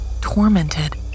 tormented